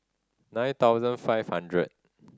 nine thousand five hundred